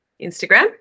Instagram